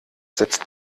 setzen